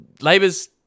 Labor's